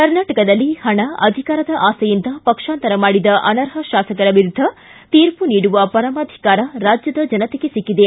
ಕರ್ನಾಟಕದಲ್ಲಿ ಪಣ ಅಧಿಕಾರದ ಆಸೆಯಿಂದ ಪಕ್ಷಾಂತರ ಮಾಡಿದ ಅನರ್ಪ ಶಾಸಕರ ವಿರುದ್ಧ ಶೀರ್ಪು ನೀಡುವ ಪರಮಾಧಿಕಾರ ರಾಜ್ಯದ ಜನತೆಗೆ ಸಿಕ್ಕಿದೆ